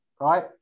right